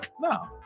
no